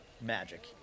magic